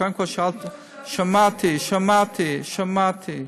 קודם כול, שמעתי, שמעתי, שמעתי.